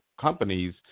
companies